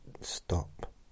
Stop